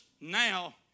now